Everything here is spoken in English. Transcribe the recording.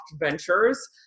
Ventures